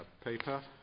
paper